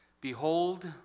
Behold